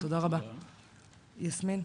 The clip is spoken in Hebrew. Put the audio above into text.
יסמין,